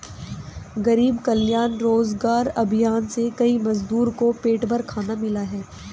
गरीब कल्याण रोजगार अभियान से कई मजदूर को पेट भर खाना मिला है